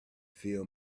fill